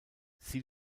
sie